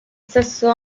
stesso